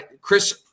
Chris